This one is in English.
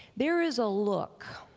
there is a look,